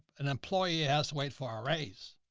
an employee has to wait for our raise.